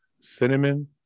cinnamon